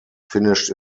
finished